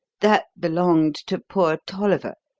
that belonged to poor tolliver.